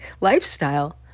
lifestyle